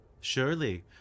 Surely